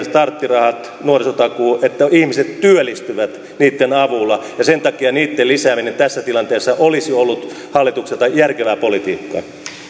starttirahat ja nuorisotakuu johtavat siihen että ihmiset työllistyvät niitten avulla ja sen takia niitten lisääminen tässä tilanteessa olisi ollut hallitukselta järkevää politiikkaa